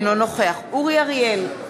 אינו נוכח אורי אריאל,